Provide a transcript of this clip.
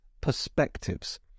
perspectives